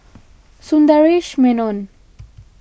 Sundaresh Menon